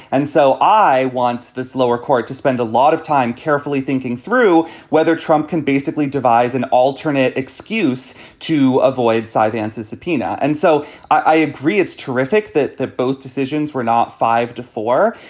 and so i want this lower court to spend a lot of time carefully thinking through whether trump can basically devise an alternate excuse to avoid silence, a subpoena. and so i agree it's terrific that that both decisions were not five to four.